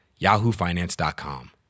yahoofinance.com